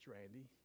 Randy